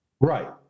Right